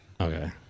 Okay